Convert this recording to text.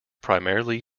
primarily